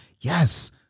Yes